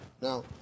Now